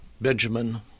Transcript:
Benjamin